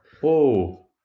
Whoa